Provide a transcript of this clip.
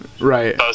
Right